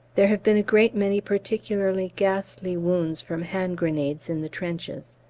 there have been a great many particularly ghastly wounds from hand-grenades in the trenches.